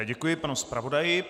Děkuji panu zpravodaji.